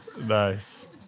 Nice